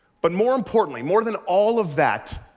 but more importantly, more than all of that,